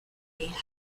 holiday